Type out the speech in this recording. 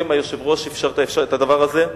היושב-ראש אפשר את הדבר הזה.